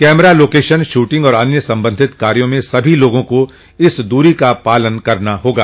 camera location shooting और अन्य संबंधित कार्यों में सभी लोगों को इस दूरी का पालन करना होगा